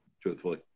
truthfully